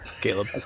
Caleb